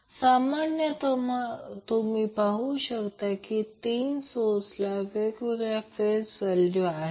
तर आता उदाहरण 5 या प्रकरणात हे पॅरलल सर्किट आहे